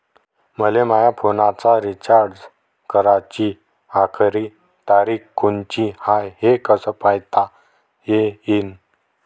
मले माया फोनचा रिचार्ज कराची आखरी तारीख कोनची हाय, हे कस पायता येईन?